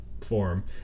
form